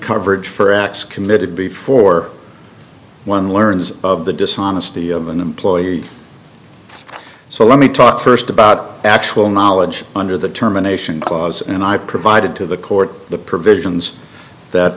coverage for acts committed before one learns of the dishonesty of an employee so let me talk first about actual knowledge under the terminations clause and i provided to the court the provisions that